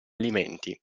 alimenti